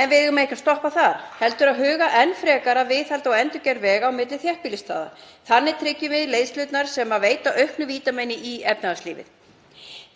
en við eigum ekki stoppa þar heldur huga enn frekar að viðhaldi og endurgerð vega á milli þéttbýlisstaða. Þannig tryggjum við leiðslurnar sem veita aukið vítamín í efnahagslífið.